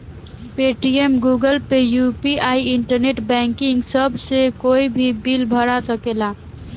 Paytm, Google Pay, UPI, internet banking सभ से कोई भी बिल भरा सकेला